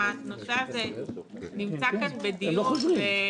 הדיון שמתקיים כאן הוא באמת לא דיון חדש,